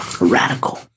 Radical